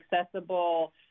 accessible